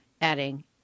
adding